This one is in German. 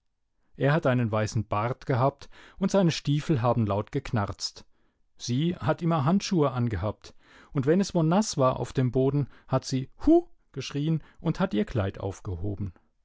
er hat einen weißen bart gehabt und seine stiefel haben laut geknarrzt sie hat immer handschuhe angehabt und wenn es wo naß war auf dem boden hat sie huh geschrien und hat ihr kleid aufgehoben